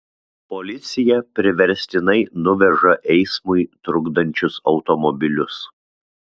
policija priverstinai nuveža eismui trukdančius automobilius